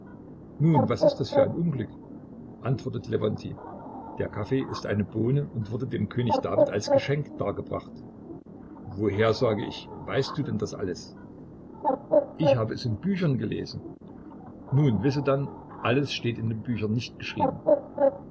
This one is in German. nun was ist das für ein unglück antwortet lewontij der kaffee ist eine bohne und wurde dem könig david als geschenk dargebracht woher sage ich weißt du denn das alles ich hab es in büchern gelesen nun wisse dann alles steht in den büchern nicht geschrieben